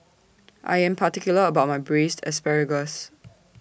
I Am particular about My Braised Asparagus